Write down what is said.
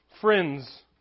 Friends